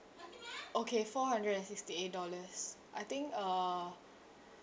okay four hundred and sixty dollars I think uh